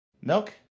Milk